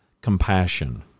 Compassion